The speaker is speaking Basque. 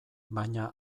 baina